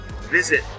visit